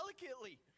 delicately